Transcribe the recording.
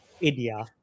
India